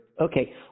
Okay